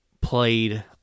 played